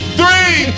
three